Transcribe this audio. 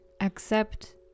accept